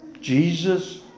Jesus